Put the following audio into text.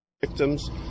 Victims